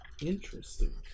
Interesting